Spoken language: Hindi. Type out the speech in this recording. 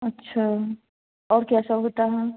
अच्छा और क्या सब होता है